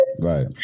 Right